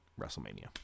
WrestleMania